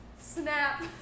snap